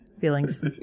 feelings